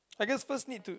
I guess first need to